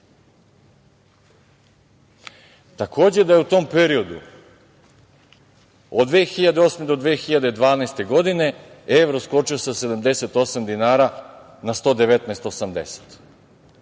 Takođe, u tom periodu, od 2008. do 2012. godine, evro je skočio sa 78 dinara na 119,80.